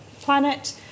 planet